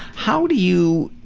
how do you